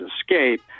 escape